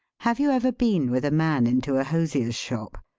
have you ever been with a man into a hos ier's shop?